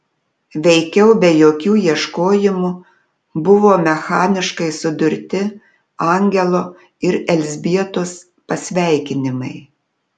veikiau be jokių ieškojimų buvo mechaniškai sudurti angelo ir elzbietos pasveikinimai